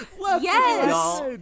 Yes